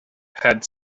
had